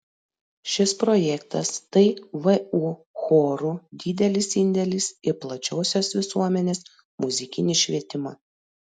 šis projektas tai vu chorų didelis indėlis į plačiosios visuomenės muzikinį švietimą